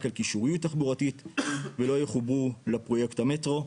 על קישוריות תחבורתית ולא יחוברו לפרויקט המטרו.